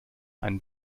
ein